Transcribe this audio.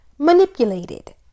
manipulated